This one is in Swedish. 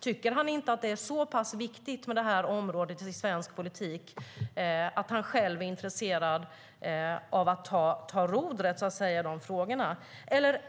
Tycker han inte att detta område är så pass viktigt i svensk politik att han själv är intresserad av att ta rodret i frågorna?